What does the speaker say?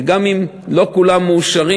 וגם אם לא כולם מאושרים,